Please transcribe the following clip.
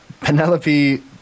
Penelope